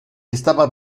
estaba